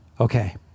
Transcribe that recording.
okay